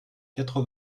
quatre